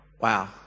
wow